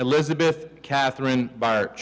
elizabeth katherine b